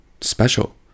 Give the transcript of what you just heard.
special